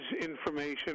information